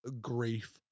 grief